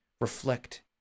reflect